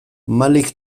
malik